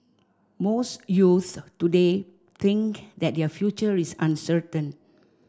most youths today think that their future is uncertain